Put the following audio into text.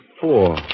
four